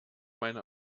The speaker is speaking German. meine